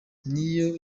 niyo